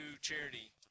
charity